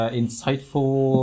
insightful